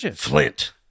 Flint